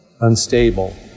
unstable